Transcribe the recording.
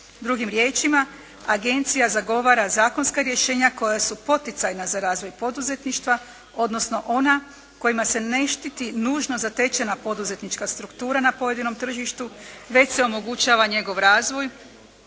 Drugim riječima, agencija zagovara zakonska rješenja koja su poticajna za razvoj poduzetništva odnosno ona kojima se ne štiti nužno zatečena poduzetnička struktura na pojedinom tržištu već se omogućava njegov razvoj